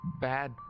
bad